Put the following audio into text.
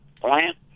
plant